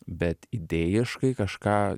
bet idėjiškai kažką